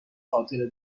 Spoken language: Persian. خاطره